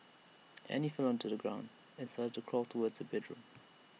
Annie fell onto the floor and started to crawl towards her bedroom